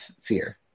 fear